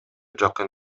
жакын